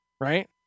Right